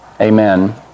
Amen